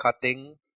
cutting